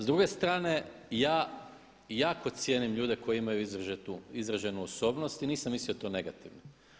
S druge strane ja jako cijenim ljude koji imaju izraženu osobnost i nisam mislio to negativno.